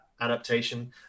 adaptation